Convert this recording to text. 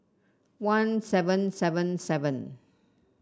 one seven seven seven